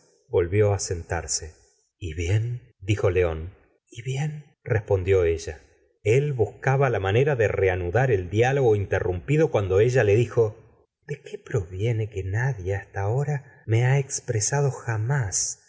volvió á sentarse y bien dijo león y bien respondió ella el buscaba la manera de reanudar el diálogo interrumpido cuando ella le dijo de qué proviene que nadie hasta ahora me ha expresado jamás